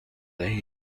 دهی